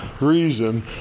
reason